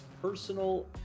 personal